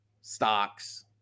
Stocks